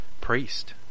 priest